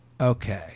okay